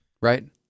right